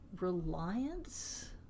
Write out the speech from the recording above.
reliance